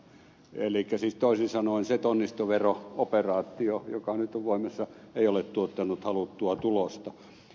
elikkä siis toisin sanoen se tonnistovero operaatio joka nyt on voimassa ei ole tuottanut haluttua tulosta